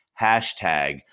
hashtag